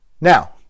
now